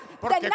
porque